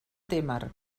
témer